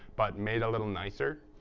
but made a little nicer.